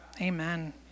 Amen